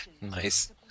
Nice